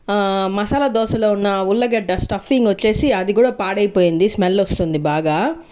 మసాలా దోశలో ఉన్న ఉల్లగడ్డ స్టఫింగ్ వచ్చేసి అది కూడా పాడైపోయింది స్మెల్ వస్తుంది బాగా